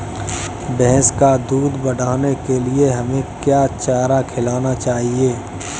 भैंस का दूध बढ़ाने के लिए हमें क्या चारा खिलाना चाहिए?